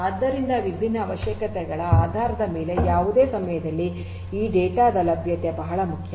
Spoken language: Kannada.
ಆದ್ದರಿಂದ ವಿಭಿನ್ನ ಅವಶ್ಯಕತೆಗಳ ಆಧಾರದ ಮೇಲೆ ಯಾವುದೇ ಸಮಯದಲ್ಲಿ ಈ ಡೇಟಾ ದ ಲಭ್ಯತೆ ಬಹಳ ಮುಖ್ಯ